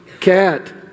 cat